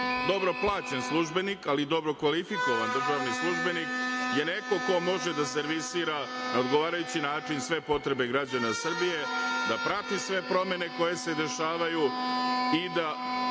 dobro plaćen službenik, ali i dobro kvalifikovan državni službenik je neko ko može da servisira na odgovarajući način sve potrebe građana Srbije, da prati sve promene koje se dešavaju i da